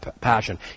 passion